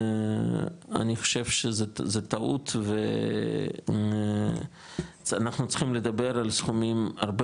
אני חושב שזה טעות ואנחנו צריכים לדבר על סכומים הרבה